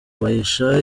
bahisha